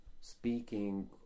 speaking